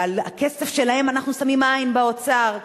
ועל הכסף שלהם אנחנו שמים עין באוצר,